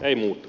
ei muuta